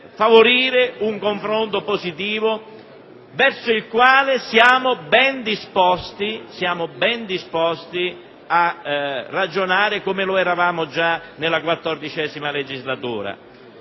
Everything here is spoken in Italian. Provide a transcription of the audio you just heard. favorire un confronto positivo verso il quale siamo ben disposti a ragionare, come lo eravamo già nella XIV legislatura,